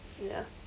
ya